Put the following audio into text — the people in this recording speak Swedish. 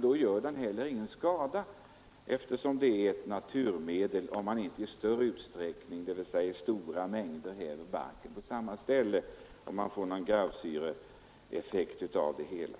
då gör den heller ingen skada, eftersom den är ett naturmedel. Detta gäller om man inte i större utsträckning häver barken på samma ställe så att garvsyra bildas.